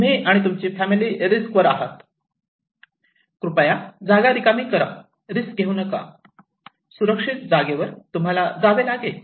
तुम्ही आणि तुमची फॅमिली रिस्क वर आहात कृपया जागा रिकामी करा रिस्क घेऊ नका आणि सुरक्षित जागेवर तुम्हाला जावे लागेल